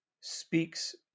speaks